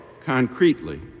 concretely